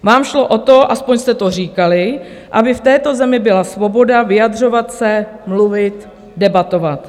Vám šlo o to, aspoň jste to říkali, aby v této zemi byla svoboda vyjadřovat se, mluvit, debatovat.